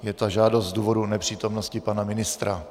Je ta žádost z důvodu nepřítomnosti pana ministra.